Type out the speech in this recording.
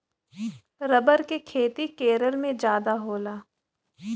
rubber के खेती केरल में जादा होला